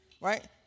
right